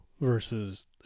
versus